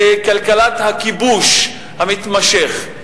לכלכלת הכיבוש המתמשך,